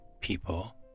people